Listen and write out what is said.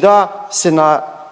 da se na